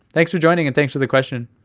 thanks for joining and thanks for the question.